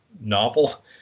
novel